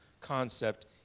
concept